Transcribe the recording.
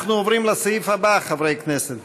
היו"ר יולי יואל אדלשטיין: